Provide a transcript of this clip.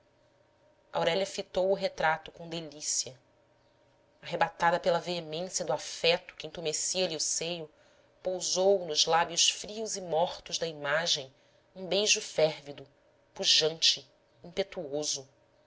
aurélia fitou o retrato com delícia arrebatada pela veemência do afeto que intumescia lhe o seio pousou nos lábios frios e mortos da imagem um beijo férvido pujante impetuoso